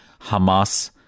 Hamas